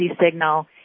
signal